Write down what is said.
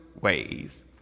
ways